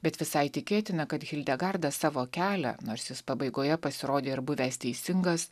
bet visai tikėtina kad hildegarda savo kelią nors jis pabaigoje pasirodė ir buvęs teisingas